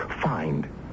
find